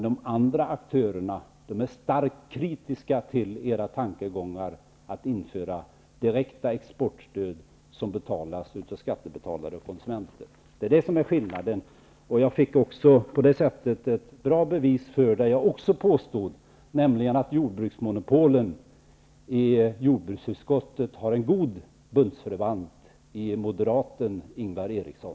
De andra aktörerna är starkt kritiska till era tankegångar att införa direkta exportstöd som betalas av skattebetalare och konsumenter. Det är detta som är skillnaden. Jag fick på det sättet också ett bra bevis för det jag påstår, nämligen att jordbruksmonopolen i jordbruksutskottet har en god bundsförvant i moderaten Ingvar Eriksson.